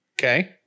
Okay